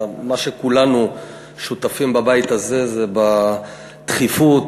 כולנו בבית הזה שותפים לדחיפות,